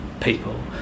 people